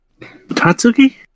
Tatsuki